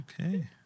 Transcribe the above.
Okay